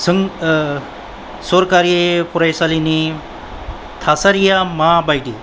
सरकारि फरायसालिनि थासारिया मा बायदि